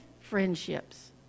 friendships